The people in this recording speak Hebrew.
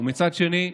ומצד שני,